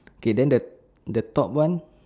okay then the the top one